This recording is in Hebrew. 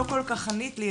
לא כל כך ענית לי,